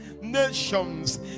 nations